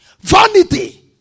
vanity